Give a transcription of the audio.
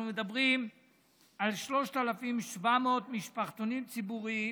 אנחנו מדברים על 3,700 משפחתונים ציבוריים